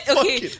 okay